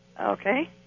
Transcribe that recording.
Okay